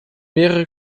mehrere